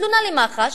בתלונה למח"ש,